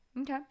okay